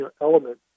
element